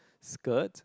skirt